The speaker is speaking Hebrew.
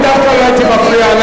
אני דווקא לא הייתי מפריע לה,